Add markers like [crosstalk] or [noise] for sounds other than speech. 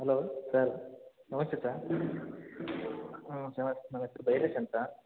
hello sir ನಮಸ್ತೆ sir ಹ್ಞೂ ನಮಸ್ತೆ [unintelligible] ಬೈರೇಶ್ ಅಂತ